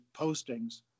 postings